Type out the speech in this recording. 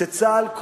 שצה"ל,